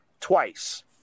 twice